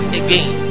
again